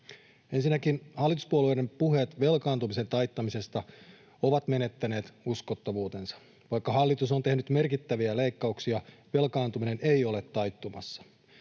Ensinnäkin hallituspuolueiden puheet velkaantumisen taittamisesta ovat menettäneet uskottavuutensa. Vaikka hallitus on tehnyt merkittäviä leikkauksia, velkaantuminen ei ole taittumassa.